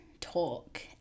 talk